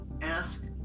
ask